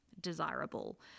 desirable